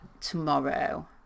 tomorrow